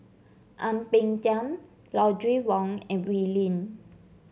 Ang Peng Tiam Audrey Wong and Wee Lin